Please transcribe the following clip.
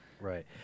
Right